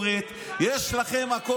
יש לכם תקשורת,